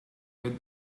with